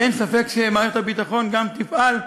אין ספק שמערכת הביטחון גם תפעל,